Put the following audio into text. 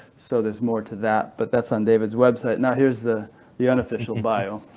so there's more to that, but that's on david's website. now here is the the unofficial bio,